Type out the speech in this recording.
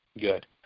good